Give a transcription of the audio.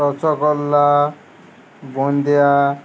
rasgulla boondiya